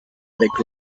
avec